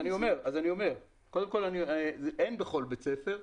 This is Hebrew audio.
אין בכל בית ספר.